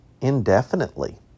indefinitely